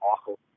awful